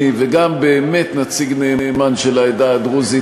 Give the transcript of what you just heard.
וגם באמת נציג מצוין של העדה הדרוזית,